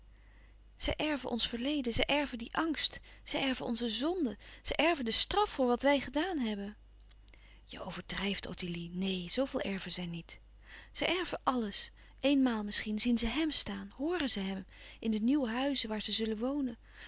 zij erven ons verleden zij erven dien angst zij erven onze zonde zij erven de straf voor wat wij gedaan hebben je overdrijft ottilie neen zooveel erven zij niet zij erven alles eenmaal misschien zien ze hèm staan horen ze hem in de nieuwe huizen waar ze zullen wonen